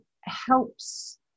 helps